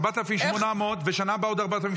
4,800 ובשנה הבאה עוד 4,800,